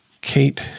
Kate